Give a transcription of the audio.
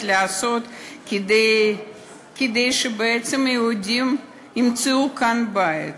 לעשות כדי שבעצם יהודים ימצאו כאן בית.